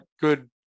good